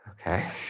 Okay